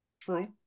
True